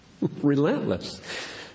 relentless